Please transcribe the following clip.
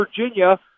Virginia